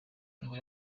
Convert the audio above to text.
ngo